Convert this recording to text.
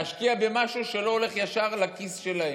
להשקיע במשהו שלא הולך ישר לכיס שלהם.